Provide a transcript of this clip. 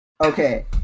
Okay